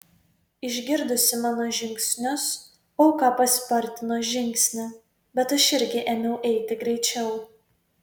išgirdusi mano žingsnius auka paspartino žingsnį bet aš irgi ėmiau eiti greičiau